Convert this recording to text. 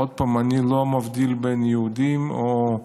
עוד פעם, אני לא מבדיל בין יהודים או,